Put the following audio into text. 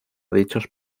dichos